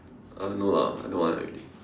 uh no lah no more already